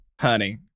Honey